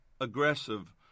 aggressive